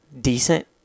decent